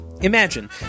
Imagine